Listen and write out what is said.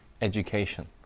education